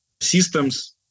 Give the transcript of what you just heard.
systems